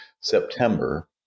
September